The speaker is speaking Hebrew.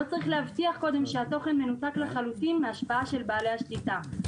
לא צריך להבטיח קודם שהתוכן מנותק לחלוטין מההשפעה של בעלי השליטה.